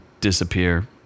disappear